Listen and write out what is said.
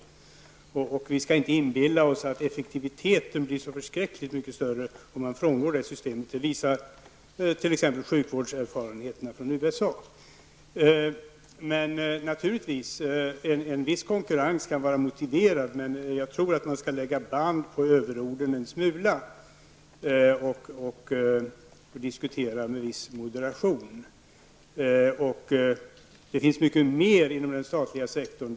Vi skall inte inbilla oss att effektiviteten blir så särskilt mycket större om man frångår det systemet. Det visar t.ex. erfarenheterna inom sjukvården i USA. En viss konkurrens kan naturligtvis vara motiverad, men jag tror att man skall vara en smula försiktig med överorden och diskutera med viss moderation. Det finns mycket mer inom den statliga sektorn.